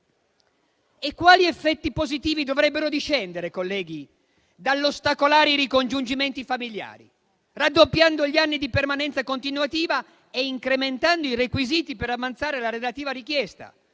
E quali effetti positivi dovrebbero discendere, colleghi, dall'ostacolare i ricongiungimenti familiari, raddoppiando gli anni di permanenza continuativa e incrementando i requisiti per avanzare la relativa richiesta,